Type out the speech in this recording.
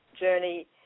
journey